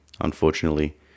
unfortunately